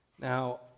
Now